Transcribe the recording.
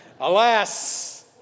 Alas